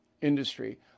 industry